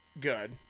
good